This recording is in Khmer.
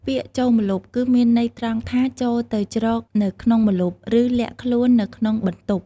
ពាក្យ "ចូលម្លប់" គឺមានន័យត្រង់ថា "ចូលទៅជ្រកនៅក្នុងម្លប់" ឬ "លាក់ខ្លួននៅក្នុងបន្ទប់"។